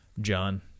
John